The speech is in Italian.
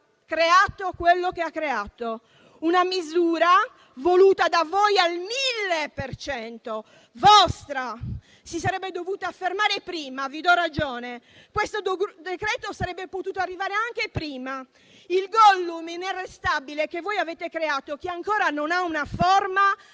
creato quello che ha creato; una misura voluta da voi al 1000 per cento, vostra. La si sarebbe dovuta fermare prima, vi do ragione. Questo decreto sarebbe potuto arrivare anche prima. Il Gollum inarrestabile, che voi avete creato e che ancora non ha una forma,